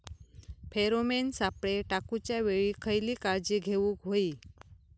Pheromone सापळे टाकूच्या वेळी खयली काळजी घेवूक व्हयी?